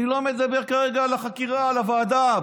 אני לא מדבר כרגע על החקירה, על הוועדה.